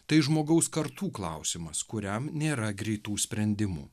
tai žmogaus kartų klausimas kuriam nėra greitų sprendimų